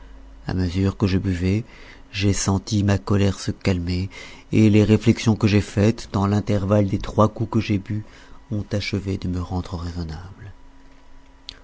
à mesure que je buvais j'ai senti ma colère se calmer et les réflexions que j'ai faites dans l'intervalle des trois coups que j'ai bus ont achevé de me rendre raisonnable